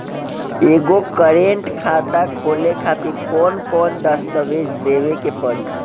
एगो करेंट खाता खोले खातिर कौन कौन दस्तावेज़ देवे के पड़ी?